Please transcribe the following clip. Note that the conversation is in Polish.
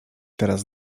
teraz